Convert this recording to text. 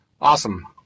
Awesome